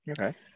Okay